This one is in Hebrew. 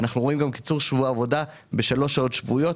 אנחנו רואים גם קיצור שבוע העבודה בשלוש שעות שבועיות,